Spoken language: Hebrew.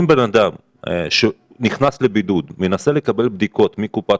אם בן אדם נכנס לבידוד והוא מנסה לקבל בדיקות מקופת